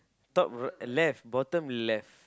top right uh left bottom left